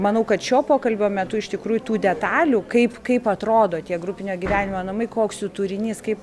manau kad šio pokalbio metu iš tikrųjų tų detalių kaip kaip atrodo tie grupinio gyvenimo namai koks jų turinys kaip